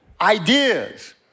ideas